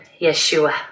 Yeshua